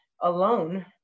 alone